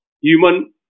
human